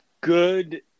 Good